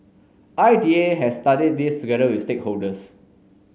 I D A has studied this together with stakeholders